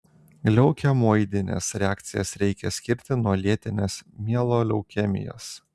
leukemoidines reakcijas reikia skirti nuo lėtinės mieloleukemijos